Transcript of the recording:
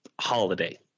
holiday